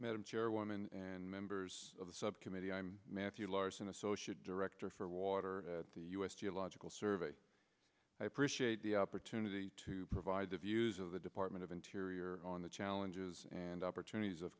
chairwoman and members of the subcommittee i'm matthew larson associate director for water u s geological survey i appreciate the opportunity to provide the views of the department of interior on the challenges and opportunities of